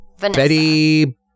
Betty